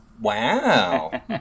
Wow